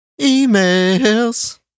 emails